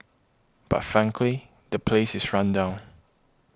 but frankly the place is run down